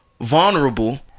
vulnerable